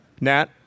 Nat